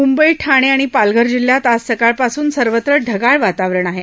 मुंबई ठाणे आणि पालघर जिल्ह्यात आज सकाळ पासून सर्वत्र ढगाळ वातावरण आहे